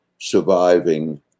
surviving